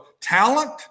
talent